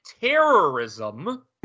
terrorism